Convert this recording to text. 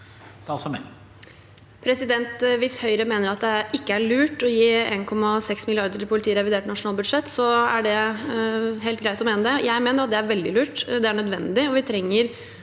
Hvis Høyre ikke mener det er lurt å gi 1,6 mrd. kr til politiet i revidert nasjonalbudsjett, er det helt greit å mene det. Jeg mener det er veldig lurt, det er nødvendig, og vi trenger